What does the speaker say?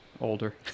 older